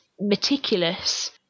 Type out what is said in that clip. meticulous